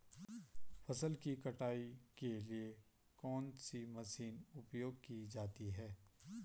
फसल की कटाई के लिए कौन सी मशीन उपयोग की जाती है?